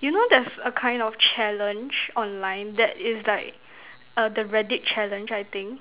you know there's a kind of challenge online that is like uh the Reddit Challenge I think